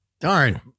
Darn